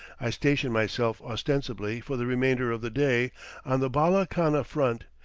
i station myself ostensibly for the remainder of the day on the bala-khana front,